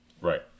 Right